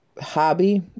hobby